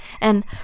and-